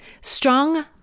Strong